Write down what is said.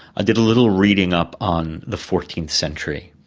did a little reading up on the fourteenth century,